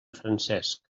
francesc